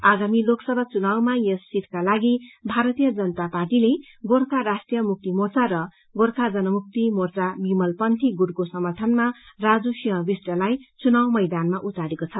आगामी लोकसभा चुनावमा यस सीटका लागि भारतीय जनता पार्टीले गोर्खा राष्ट्रीय मुक्ति मोर्चा र गोर्खा जन्मुक्ति मोर्चा विमल पंथी गुटको समर्थनमा राजु सिंह विष्ट लाई चुनाव मैदानमा उतारेको छ